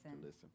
listen